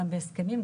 גם בהסכמים,